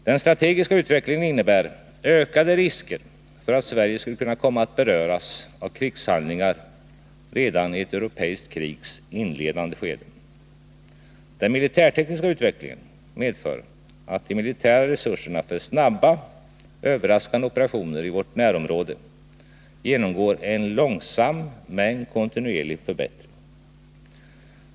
Den strategiska utvecklingen innebär ökade risker för att Sverige skulle kunna komma att beröras av krigshandlingar redan i ett europeiskt krigs inledande skede; den militärtekniska utvecklingen medför att de militära resurserna för snabba, överraskande operationer i vårt närområde genomgår en långsam men kontinuerlig förbättring.